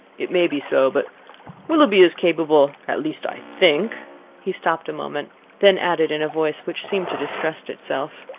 it may be so but willoughby is capable at least i think he stopped a moment then added in a voice which seemed to distrust itself,